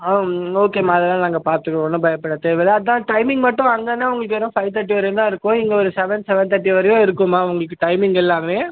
ஆம் ஓகேமா அதுலாம் நாங்கள் பார்த்துக்குறோம் ஒன்றும் பயப்பட தேவைல்ல அதுதான் டைமிங் மட்டும் வந்தோடன்னே உங்களுக்கு வெறும் ஃபைவ் தேர்ட்டி வரையும் தான் இருக்கும் இங்கே ஒரு செவன் செவன் தேர்ட்டி வரையும் இருக்கும்மா உங்களுக்கு டைமிங் எல்லாமே